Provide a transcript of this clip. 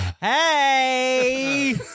Hey